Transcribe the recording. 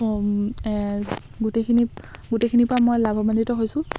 গোটেইখিনি গোটেইখিনিৰ পৰা মই লাভান্বিত হৈছোঁ